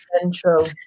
Central